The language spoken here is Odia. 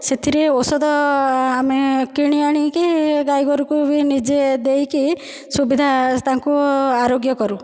ସେ'ଥିରେ ଔଷଧ ଆମେ କିଣି ଆଣିକି ଗାଈ ଗୋରୁକୁ ବି ନିଜେ ଦେଇକି ସୁବିଧା ତାଙ୍କୁ ଆରୋଗ୍ୟ କରୁ